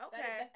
Okay